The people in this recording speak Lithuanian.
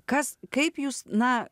kas kaip jūs na